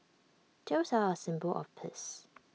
doves are A symbol of peace